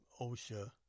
OSHA